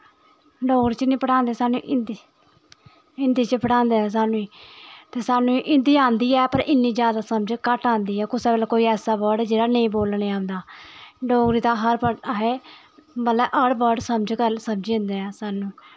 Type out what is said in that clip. डोगरी च नी पढ़ांदे स्हानू हिन्दी हिन्दी च पढ़ांदे नै साह्नू साह्नू हिन्दी आंदी ऐ पर इन्नी जादा समझ घट्ट आंदी ऐ कुसै बेल्लै कोई ऐसा बर्ड़ ऐ जेह्ड़ा नेंई बोलनै आंदा डोगरी दा हर असैं मतल हर वर्ड समझ आंदें नै साह्नू